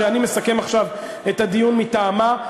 שאני מסכם עכשיו את הדיון מטעמה,